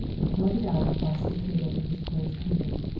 and held it out across the table in his closed hand.